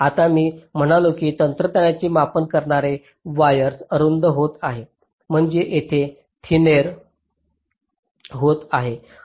आता मी म्हणालो की तंत्रज्ञानाचे मापन करणारे वायर्से अरुंद होत आहेत म्हणजे ते थिनेर होत आहेत